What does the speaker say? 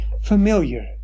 familiar